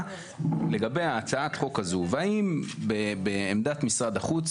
לגבי הצעת החוק הזו והאם בעמדת משרד החוץ,